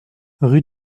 rue